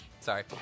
Sorry